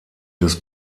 des